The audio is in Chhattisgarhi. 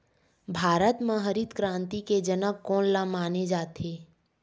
भारत मा हरित क्रांति के जनक कोन ला माने जाथे?